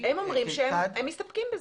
הם אומרים שהם מסתפקים בזה.